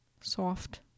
Soft